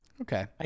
Okay